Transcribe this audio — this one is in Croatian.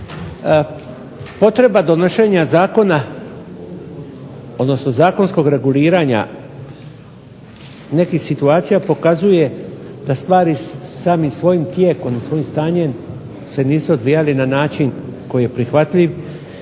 Potreba donošenja zakona, odnosno zakonskog reguliranja nekih situacija pokazuje da stvari samim svojim tijekom i svojim stanjem se nisu odvijale na način koji je prihvatljiv